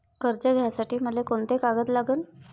कर्ज घ्यासाठी मले कोंते कागद लागन?